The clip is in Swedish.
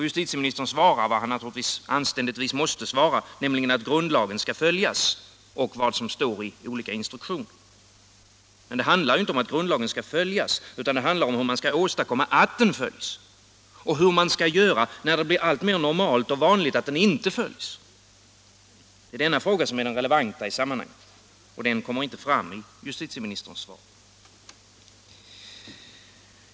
Justitieministern svarar vad han naturligtvis anständigtvis måste svara, nämligen att grundlagen och vad som står i olika instruktioner skall följas. Men det handlar ju inte om att grundlagen skall följas, utan det handlar om hur man skall åstadkomma att den följs och hur man skall göra när det blir alltmer normalt och vanligt att den inte följs. Denna fråga, Nr 109 som är den enda relevanta i sammanhanget, berör justitieministern inte.